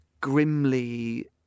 grimly